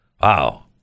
Wow